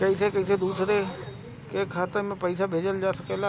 कईसे कईसे दूसरे के खाता में पईसा भेजल जा सकेला?